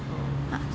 orh